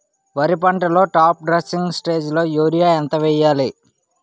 వరి పంటలో top dressing స్టేజిలో యూరియా ఎంత వెయ్యాలి?